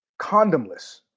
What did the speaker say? Condomless